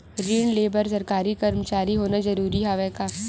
ऋण ले बर सरकारी कर्मचारी होना जरूरी हवय का?